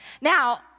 Now